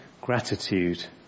gratitude